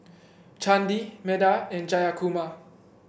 Chandi Medha and Jayakumar